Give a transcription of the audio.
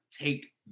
take